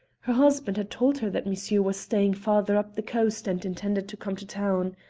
her husband had told her that monsieur was staying farther up the coast and intended to come to town.